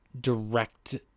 direct